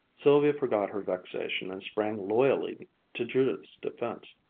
sylvia forgot her vexation and sprang loyally to judith's defense.